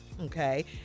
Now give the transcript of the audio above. Okay